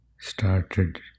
started